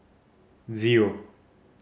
zero